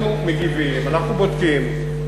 אנחנו מגיבים, אנחנו בודקים.